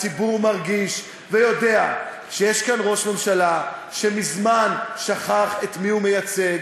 הציבור מרגיש ויודע שיש כאן ראש ממשלה שמזמן שכח את מי הוא מייצג,